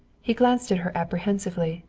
he glanced at her apprehensively,